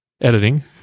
editing